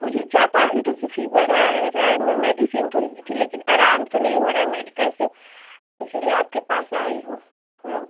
मुझे चार पाँच दिनों से फ़ीवर आ रहा है मैं मेडिसिन तो ली थी लेकिन अराम तो नहीं हो रहा है मेडिकल से इसीलिए आपके पास आई हूँ थोड़ा